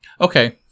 Okay